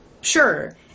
Sure